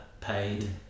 paid